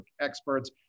experts